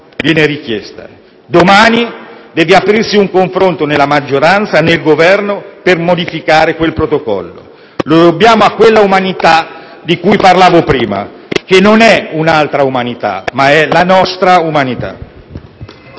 viene richiesta. Domani deve aprirsi un confronto nella maggioranza e nel Governo per modificare quel protocollo. Lo dobbiamo a quella umanità di cui parlavo prima, che non è un'altra umanità, ma è la nostra.